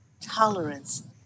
tolerance